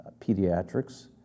pediatrics